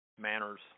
manners